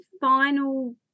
final